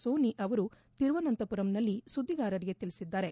Sony ಅವರು ತಿರುವನಂತಮರಂನಲ್ಲಿ ಸುದ್ದಿಗಾರರಿಗೆ ತಿಳಿಸಿದ್ದಾರೆ